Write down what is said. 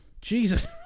Jesus